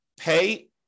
pay